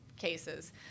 cases